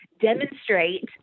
demonstrate